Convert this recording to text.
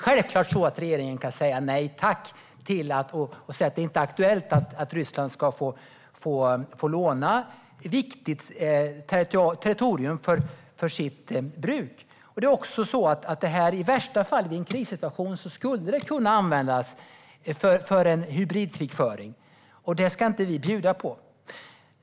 Självklart kan regeringen tacka nej och säga att det inte är aktuellt att Ryssland ska få låna viktigt territorium för sitt bruk. I en krissituation skulle detta i värsta fall kunna användas för en hybridkrigföring. Det ska vi inte bjuda på.